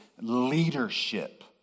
leadership